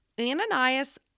Ananias